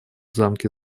замке